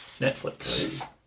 Netflix